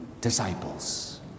disciples